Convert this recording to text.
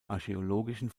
archäologischen